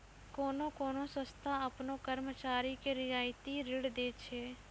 कोन्हो कोन्हो संस्था आपनो कर्मचारी के रियायती ऋण दै छै